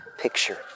picture